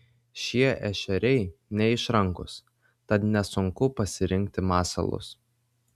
šie ešeriai neišrankūs tad nesunku pasirinkti masalus